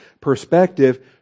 perspective